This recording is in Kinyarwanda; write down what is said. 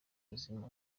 buzima